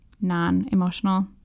non-emotional